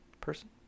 person